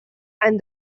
and